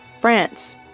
France